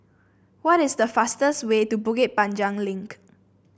what is the fastest way to Bukit Panjang Link